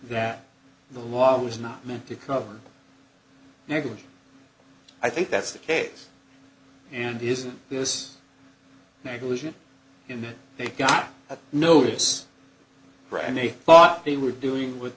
that the law was not meant to cover negligence i think that's the case and isn't this negligent in that they got a notice and they thought they were doing what